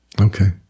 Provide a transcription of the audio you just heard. Okay